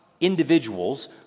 individuals